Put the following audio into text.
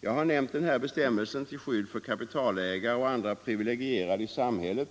Jag har nämnt den här bestämmelsen om skydd för kapitalägare och andra privilegierade i samhället